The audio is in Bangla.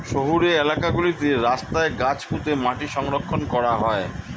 শহুরে এলাকা গুলোতে রাস্তায় গাছ পুঁতে মাটি সংরক্ষণ করা হয়